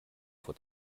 vor